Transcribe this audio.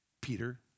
Peter